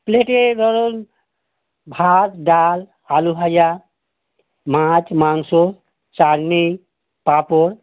প্লেটে ধরুন ভাত ডাল আলুভাজা মাছ মাংস চাটনি পাঁপড়